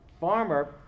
Farmer